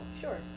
Sure